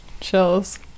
chills